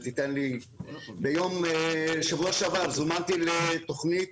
בשבוע שעבר זומנתי לתוכנית